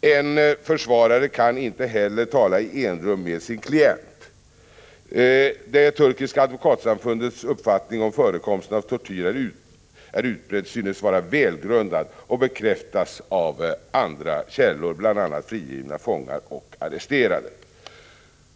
En försvarare kan inte heller tala i enrum med sin klient. Det turkiska advokatsamfundets uppfattning att förekomsten av tortyr är utbredd synes vara välgrundad och bekräftas av andra källor, bl.a. frigivna fångar och arresterade.